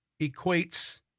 equates